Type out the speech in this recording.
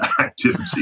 activity